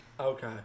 Okay